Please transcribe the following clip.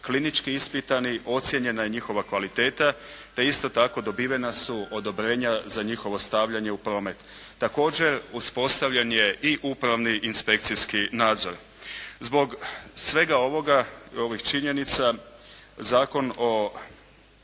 klinički ispitani, ocjenjena je njihova kvaliteta, te isto tako dobivena su odobrenja za njihovo stavljanje u promet. Također, uspostavljen je i upravni inspekcijski nadzor. Zbog svega ovoga, ovih činjenica Zakon o